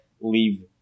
leave